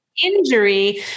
Injury